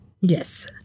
Yes